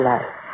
Life